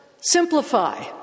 Simplify